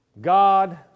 God